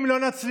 אם לא נצליח